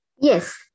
Yes